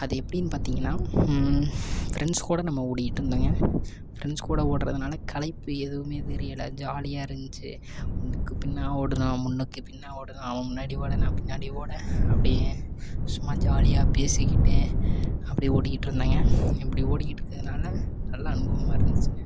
அது எப்படினு பார்த்திங்கனா ஃப்ரெண்ட்ஸ் கூட நம்ம ஓடிகிட்டு இருந்தங்க ஃப்ரெண்ட்ஸ் கூட ஒடுறதுனால களைப்பு எதுவுமே தெரியலை ஜாலியாக இருந்திச்சு முன்னுக்கு பின்னாக ஓடுனோம் முன்னுக்கு பின்னாக ஓடினா அவன் முன்னாடி ஓட நான் பின்னாடி ஓட அப்படியே சும்மா ஜாலியாக பேசிக்கிட்டே அப்பிடி ஓடிக்கிட்டு இருந்தேங்க அப்படி ஓடிக்கிட்டு இருக்கிறதுனால நல்லா அனுபவமாக இருந்திச்சுங்க